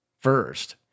first